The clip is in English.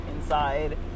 inside